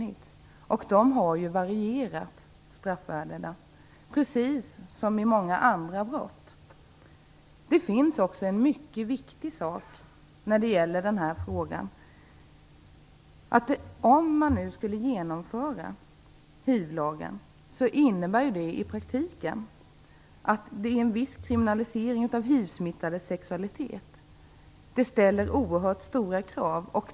Straffvärdena har varierat, precis som i många andra brott. Det finns en annan mycket viktig aspekt i denna fråga. Om man skulle införa denna hivlagstiftning skulle det i praktiken innebära en viss kriminalisering av de hivsmittades sexuella umgänge. Det ställer oerhört stora krav.